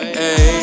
hey